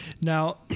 now